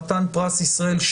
חתן פרס ישראל,